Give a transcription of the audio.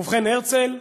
ובכן, הרצל,